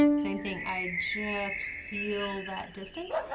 and same thing, i just feel that distance,